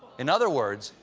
in other words,